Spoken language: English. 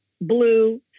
blue